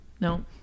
No